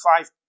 five